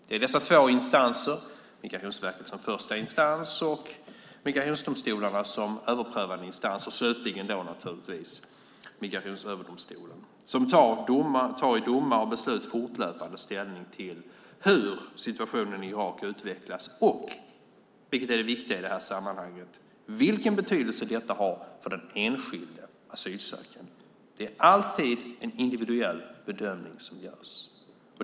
Det är dessa instanser - Migrationsverket är första instans, och migrationsdomstolarna är överprövande instans, och slutligen finns naturligtvis Migrationsöverdomstolen - som i domar och beslut fortlöpande tar ställning till hur situationen i Irak utvecklas och, vilket är det viktiga i sammanhanget, vilken betydelse detta har för den enskilde asylsökanden. Det är alltid en individuell bedömning som görs.